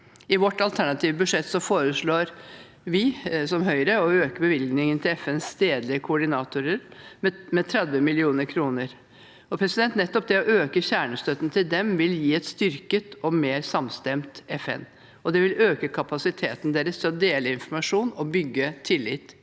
I vårt alternative budsjett foreslår Høyre å øke bevilgningen til FNs stedlige koordinatorer med 30 mill. kr. Å øke kjernestøtten til dem vil gi et styrket og mer samstemt FN, og det vil øke kapasiteten deres til å dele informasjon og bygge tillit